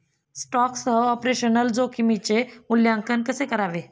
स्टॉकसह ऑपरेशनल जोखमीचे मूल्यांकन कसे करावे?